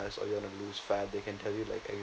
or you wanna lose fat they can tell you